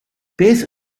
beth